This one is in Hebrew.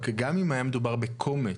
גם אם היה מדובר בקומץ,